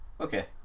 Okay